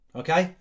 okay